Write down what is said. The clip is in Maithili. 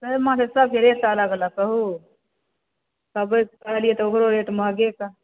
माछके सभके रेट अलग अलग कहूँ कबई कहलियै तऽ ओकरो रेट महँगे कहल